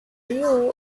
you